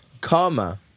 Karma